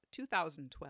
2012